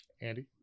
Andy